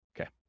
Okay